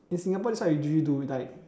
in Singapore that's what we usually do like